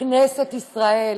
כנסת ישראל,